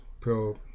pro